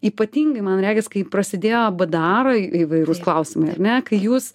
ypatingai man regis kai prasidėjo bdarai įvairūs klausimai ar ne kai jūs